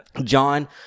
John